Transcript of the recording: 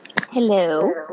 Hello